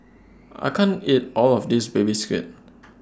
I can't eat All of This Baby Squid